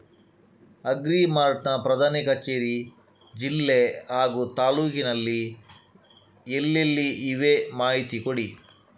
Agri Mart ನ ಪ್ರಧಾನ ಕಚೇರಿ ಜಿಲ್ಲೆ ಹಾಗೂ ತಾಲೂಕಿನಲ್ಲಿ ಎಲ್ಲೆಲ್ಲಿ ಇವೆ ಮಾಹಿತಿ ಕೊಡಿ?